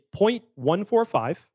0.145